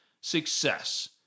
success